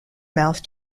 mouth